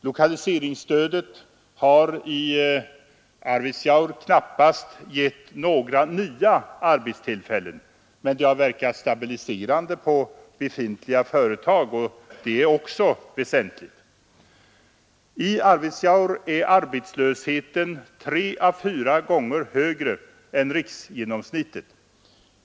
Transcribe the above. Lokaliseringsstödet har i Arvidsjaur knappast gett några nya arbetstillfällen, men det har verkat stabiliserande på befintliga företag och det är också väsentligt. I Arvidsjaur är arbetslösheten tre å fyra gånger riksgenomsnittet.